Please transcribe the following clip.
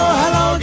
hello